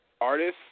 artists